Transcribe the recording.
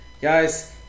Guys